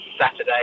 Saturday